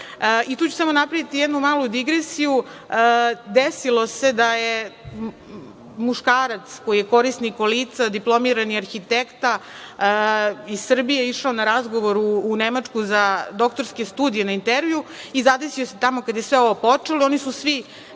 Tu ću samo napraviti jednu malu digresiju. Desilo se da je muškarac koji je korisnik kolica, diplomirani arhitekta iz Srbije, išao na razgovor u Nemačku za doktorske studije na intervju i zadesio se tamo kada je sve ovo počelo.